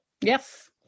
yes